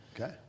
Okay